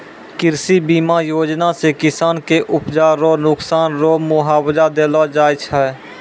कृषि बीमा योजना से किसान के उपजा रो नुकसान रो मुआबजा देलो जाय छै